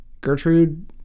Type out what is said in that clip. Gertrude